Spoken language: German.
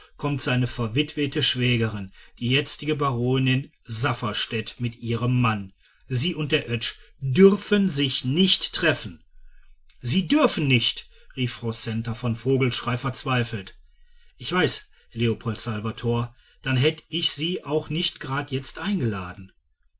kommt seine verwitwete schwägerin die jetzige baronin safferstätt mit ihrem mann sie und der oetsch dürfen sich nicht treffen sie dürfen nicht rief die frau centa von vogelschrey verzweifelt ja weißt leopold salvator dann hätt ich sie auch nicht gerade jetzt eingeladen